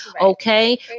okay